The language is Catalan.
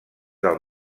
del